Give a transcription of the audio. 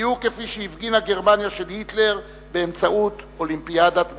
בדיוק כפי שהפגינה גרמניה של היטלר באמצעות אולימפיאדת ברלין.